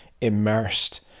immersed